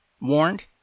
warned